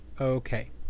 Okay